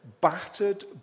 battered